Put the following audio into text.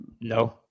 No